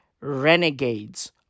Renegades